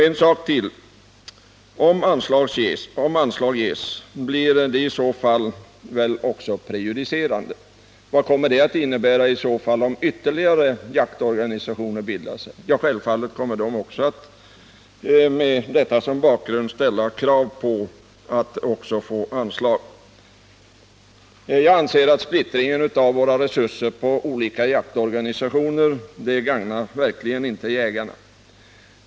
En sak till: om anslag ges blir detta väl prejudicerande. Vad kommer det att innebära, om ytterligare jaktorganisationer bildas? Självfallet kommer de också att med detta som bakgrund ställa krav på att få anslag. Jag anser att en splittring av våra resurser på olika jaktorganisationer verkligen inte gagnar jägarna.